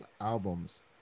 albums